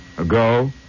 ago